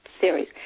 series